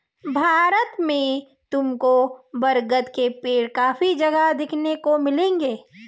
भारत में तुमको बरगद के पेड़ काफी जगह देखने को मिलेंगे